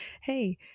hey